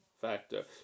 factor